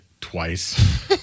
twice